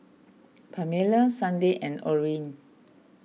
Pamella Sunday and Orin